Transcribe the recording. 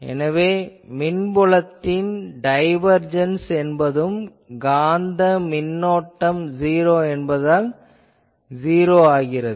எனவே மின்புலத்தின் டைவர்ஜன்ஸ் என்பதும் காந்த மின்னோட்டம் '0' என்பதால் '0' ஆகிறது